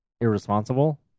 irresponsible